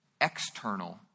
external